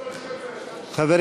כולם לשבת.